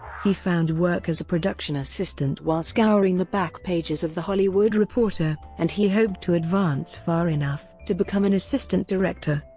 he found work as a production assistant while scouring the back pages of the hollywood reporter, and he hoped to advance far enough to become an assistant director.